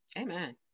Amen